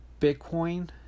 Bitcoin